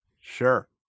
sure